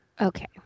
Okay